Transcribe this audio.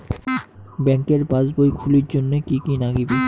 ব্যাঙ্কের পাসবই খুলির জন্যে কি কি নাগিবে?